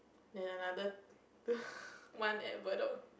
then another one at Bedok